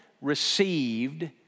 received